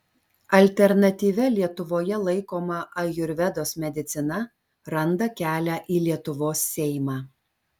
alternatyvia lietuvoje laikoma ajurvedos medicina randa kelią į lietuvos seimą